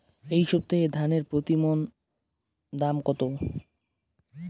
এই সপ্তাহে ধানের মন প্রতি দাম কত?